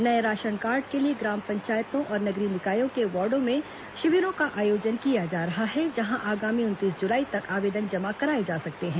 नये ration card के लिए ग्राम पंचायतों और नगरीय निकायों के वॉर्डो में शिविरों का आयोजन किया जा रहा है जहां आगामी उनतीस जुलाई तक आवेदन जमा कराए जा सकते हैं